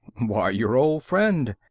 why, your old friend.